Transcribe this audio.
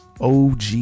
OG